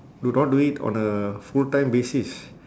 do not do it on a full time basis